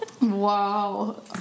Wow